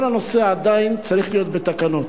כל הנושא עדיין צריך להיות בתקנות,